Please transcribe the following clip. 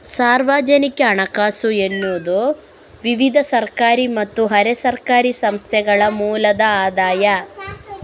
ಸಾರ್ವಜನಿಕ ಹಣಕಾಸು ಎನ್ನುವುದು ವಿವಿಧ ಸರ್ಕಾರಿ ಮತ್ತೆ ಅರೆ ಸರ್ಕಾರಿ ಸಂಸ್ಥೆಗಳ ಮೂಲದ ಆದಾಯ